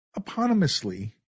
eponymously